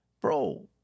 bro